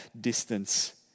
distance